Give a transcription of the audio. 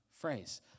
phrase